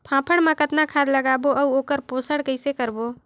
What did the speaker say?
फाफण मा कतना खाद लगाबो अउ ओकर पोषण कइसे करबो?